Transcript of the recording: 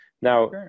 Now